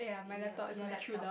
your your laptop